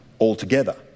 altogether